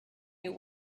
you